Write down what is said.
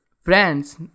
friends